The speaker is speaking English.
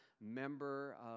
member